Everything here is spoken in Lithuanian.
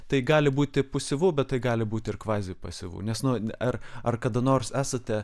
tai gali būti pasyvu bet gali būti ir kvazi pasyvu nes nu ar ar kada nors esate